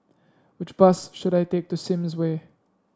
which bus should I take to Sims Way